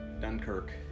Dunkirk